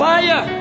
Fire